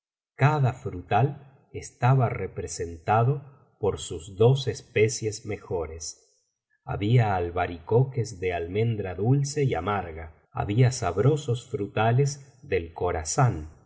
cada frutal estaba representado por sus dos especies mejores había albaricoques de almendra dulce y amarga había sabrosos frutales del